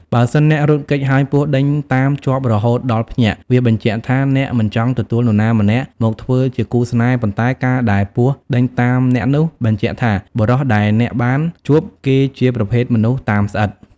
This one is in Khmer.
បើសិនអ្នករត់គេចហើយពស់ដេញតាមជាប់រហូតដល់ភ្ញាក់ វាបញ្ជាក់ថាអ្នកមិនចង់ទទួលនរណាម្នាក់មកធ្វើជា គូស្នេហ៍ប៉ុន្តែការដែលពស់ដេញតាមអ្នកនោះបញ្ជាក់ថាបុរសដែលអ្នកបាន ជួបគេជាប្រភេទមនុស្សតាមស្អិត។